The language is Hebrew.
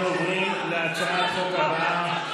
אנחנו עוברים להצעת חוק הבאה,